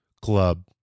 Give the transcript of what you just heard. club